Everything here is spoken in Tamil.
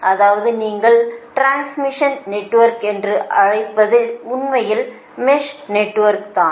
அதாவது நீங்கள் டிரான்ஸ்மிஷன் நெட்வொர்க் என்று அழைப்பது உண்மையில் மெஷ் நெட்வொர்க் தான்